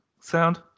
sound